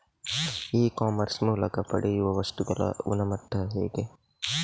E commerce ಮೂಲಕ ಪಡೆಯುವ ವಸ್ತುಗಳ ಗುಣಮಟ್ಟ ಹೇಗೆ?